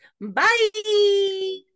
bye